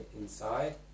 inside